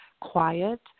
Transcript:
quiet